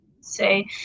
say